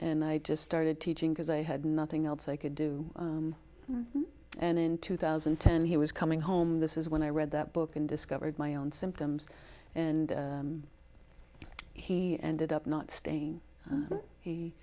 and i just started teaching because i had nothing else i could do and in two thousand and ten he was coming home this is when i read that book and discovered my own symptoms and he ended up not staying he